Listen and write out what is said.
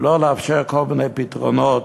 ולא לאפשר כל מיני פתרונות